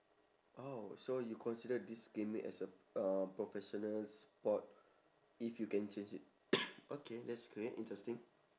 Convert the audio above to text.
oh so you consider this gaming as a uh professional sport if you can change it okay that's great interesting